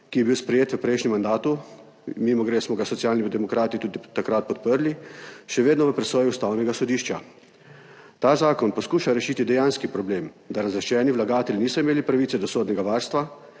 ki je bil sprejet v prejšnjem mandatu, mimogrede smo ga Socialni demokrati tudi takrat podprli, še vedno v presoji Ustavnega sodišča. Ta zakon poskuša rešiti dejanski problem, da razlaščeni vlagatelji niso imeli pravice do sodnega varstva,